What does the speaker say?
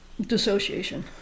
Dissociation